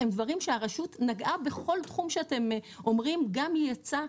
הרשות נגעה בכל תחום שאתם אומרים גם ייעצה,